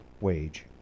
wage